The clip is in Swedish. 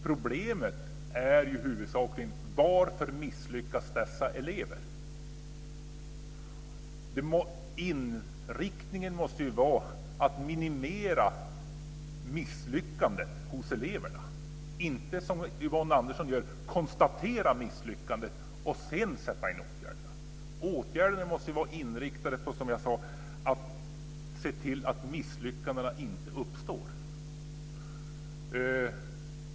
Problemet är huvudsakligen varför dessa elever misslyckas. Inriktningen måste ju vara att minimera misslyckandet hos eleverna och inte, som Yvonne Andersson gör, att konstatera misslyckandet och sedan sätta in åtgärder. Åtgärderna måste, som jag tidigare sagt, vara inriktade på att se till att misslyckandena inte uppstår.